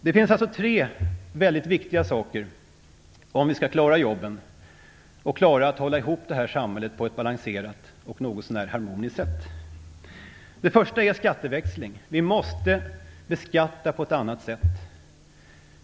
Det finns alltså tre saker som är väldigt viktiga om vi skall klara jobben och klara att hålla ihop det här samhället på ett balanserat och något så när harmoniskt sätt. Det första är skatteväxling. Vi måste beskatta på ett annat sätt.